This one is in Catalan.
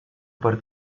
per